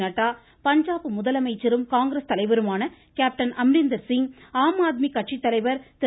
நட்டா பஞ்சாப் முதலமைச்சரும் காங்கிரஸ் தலைவருமான கேப்டன் அம்ரிந்தர் சிங் ஆம் ஆத்மி கட்சி தலைவர் திரு